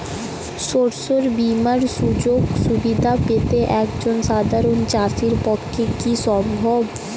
শস্য বীমার সুযোগ সুবিধা পেতে একজন সাধারন চাষির পক্ষে কি সম্ভব?